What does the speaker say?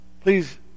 please